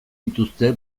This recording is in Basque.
dituzte